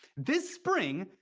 this spring,